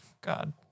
god